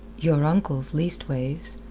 your uncle's, leastways.